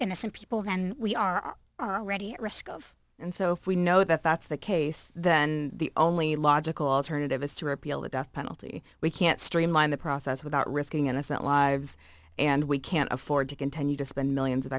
innocent people than we are already at risk of and so if we know that that's the case then the only logical alternative is to repeal the death penalty we can't streamline the process without risking innocent lives and we can't afford to continue to spend millions of